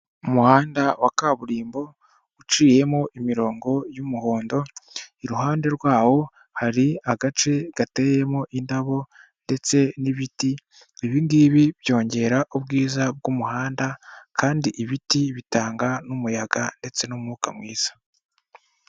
Umuhanda wa kaburimbo uciyemo imirongo y'umuhondo. iruhande rwawo hari agace gateyemo indabo ndetse n'ibiti. Ibingibi byongera ubwiza bw'umuhanda kandi ibiti bitanga n'umuyaga ndetse n'umwuka mwiza.